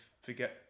forget